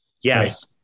Yes